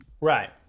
Right